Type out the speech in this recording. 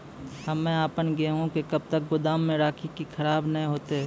हम्मे आपन गेहूँ के कब तक गोदाम मे राखी कि खराब न हते?